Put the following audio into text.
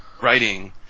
writing